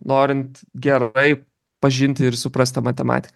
norint gerai pažinti ir suprast tą matemati